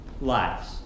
lives